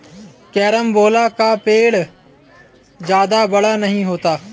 carambola का पेड़ जादा बड़ा नहीं होता